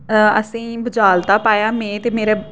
असेंगी बझालता पाया में ते मेरे